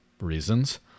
reasons